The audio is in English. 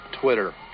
Twitter